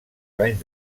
banys